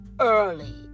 early